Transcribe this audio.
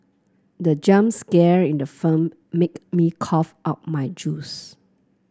the jump scare in the film make me cough out my juice